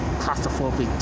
claustrophobic